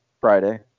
Friday